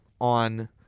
on